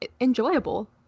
enjoyable